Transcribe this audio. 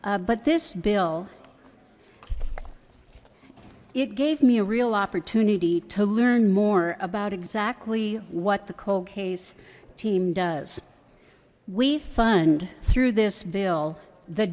but this bill it gave me a real opportunity to learn more about exactly what the cold case team does we fund through this bill the